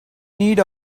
need